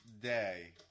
day